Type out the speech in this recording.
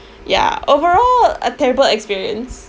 ya overall a terrible experience